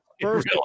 First